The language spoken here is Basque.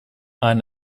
han